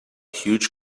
huge